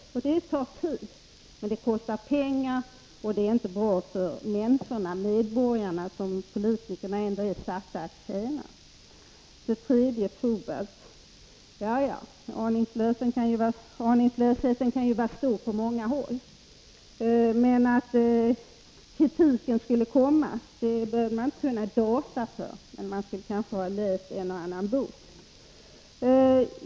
När man skall ta hänsyn till sådant tar det tid, och det kostar pengar. Och det är inte bra för medborgarna, som politikerna ändå är satta att tjäna. För det tredje vill jag återkomma till Fobalt. Ja, aningslösheten kan ju vara stor på många håll. Men för att förstå att kritiken skulle komma behöver man inte ha läst datateknik, men man måste kanske ha läst en och annan bok.